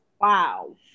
Wow